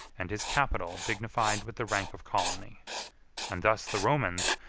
and his capital dignified with the rank of colony and thus the romans,